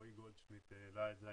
רועי גולדשמידט העלה את זה,